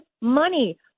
money